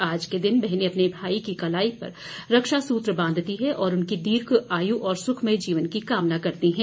आज के दिन बहनें अपने भाई की कलाई में रक्षा सूत्र बांधती हैं और उनकी दीर्घ आयु और सुखमय जीवन की कामना करती हैं